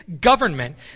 government